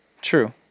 True